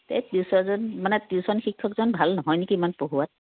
tuition শিক্ষকজন ভাল নহয় নেকি ইমান পঢ়োৱাত